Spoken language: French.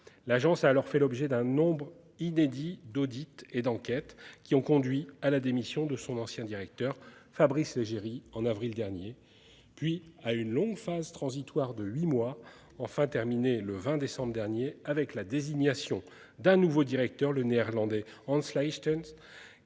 l'agence à leur fait l'objet d'un nombre inédit d'audits et d'enquêtes qui ont conduit à la démission de son ancien directeur Fabrice et Jerry en avril dernier puis à une longue phase transitoire de huit mois enfin terminé le 20 décembre dernier avec la désignation d'un nouveau directeur, le Néerlandais Hans Liechtens